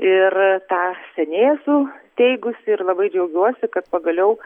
ir tą seniai esu teigusi ir labai džiaugiuosi kad pagaliau